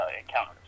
encounters